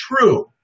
true